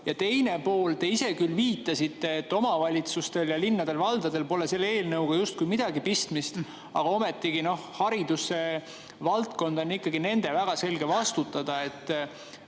Ja teine pool. Te küll viitasite, et omavalitsustel ja linnadel-valdadel pole selle eelnõuga justkui midagi pistmist, aga ometigi hariduse valdkond on ikkagi väga selgelt nende